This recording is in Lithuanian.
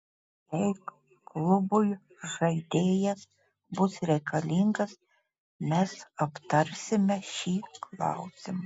jei klubui žaidėjas bus reikalingas mes aptarsime šį klausimą